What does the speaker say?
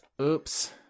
Oops